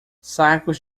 sacos